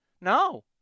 No